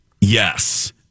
Yes